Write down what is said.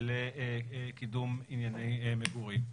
לקידום ענייני מגורים.